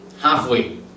halfway